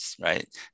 right